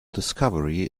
discovery